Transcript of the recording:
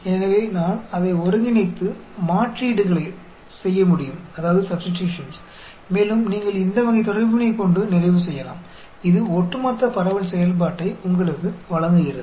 எனவே நான் அதை ஒருங்கிணைத்து மாற்றீடுகளை செய்ய முடியும் மேலும் நீங்கள் இந்த வகை தொடர்பினைக் கொண்டு நிறைவு செய்யலாம் இது ஒட்டுமொத்த பரவல் செயல்பாட்டை உங்களுக்கு வழங்குகிறது